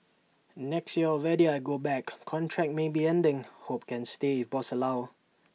next year already I go back contract maybe ending hope can stay if boss allow